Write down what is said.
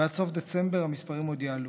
ועד סוף דצמבר המספרים עוד יעלו.